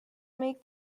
make